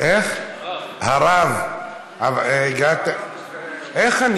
הרב אורי מקלב.